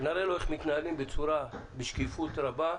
ונראה לו איך מתנהלים בשקיפות רבה,